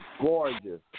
Gorgeous